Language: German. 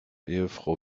ehefrau